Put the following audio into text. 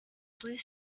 blue